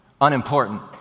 unimportant